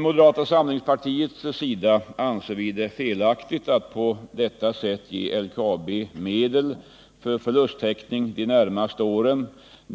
Moderata samlingspartiet anser det felaktigt att på detta sätt ge LKAB medel för förlusttäckning de närmaste åren,